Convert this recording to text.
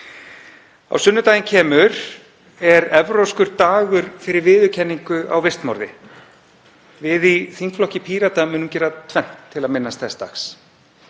Á sunnudaginn kemur er evrópskur dagur fyrir viðurkenningu á vistmorði. Við í þingflokki Pírata munum gera tvennt til að minnast þess dags.